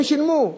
הם שילמו.